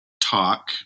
talk